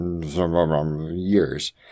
years